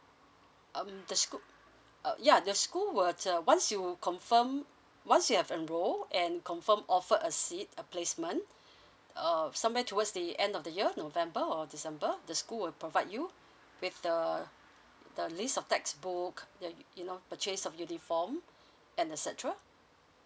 um the school uh ya the school will uh once you confirm once you have enrol and confirm offered a seat a placement uh somewhere towards the end of the year november or december the school will provide you with the the list of textbook you you know purchase of uniform and et cetera